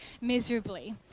miserably